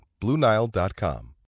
BlueNile.com